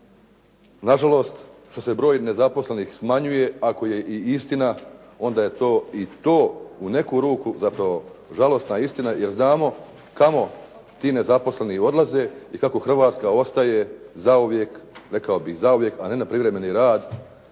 na žalost što se broj nezaposlenih smanjuje, ako je i istina onda je to i to u neku ruku zapravo žalosna istina jer znamo kamo ti nezaposleni odlaze i kako Hrvatska ostaje zauvijek, rekao bih zauvijek, a ne na privremeni rad